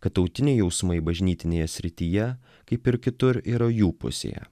kad tautiniai jausmai bažnytinėje srityje kaip ir kitur yra jų pusėje